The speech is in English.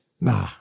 Nah